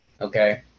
okay